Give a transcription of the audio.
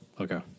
Okay